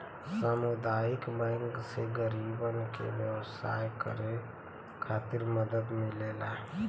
सामुदायिक बैंक से गरीबन के व्यवसाय करे खातिर मदद मिलेला